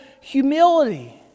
humility